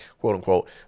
quote-unquote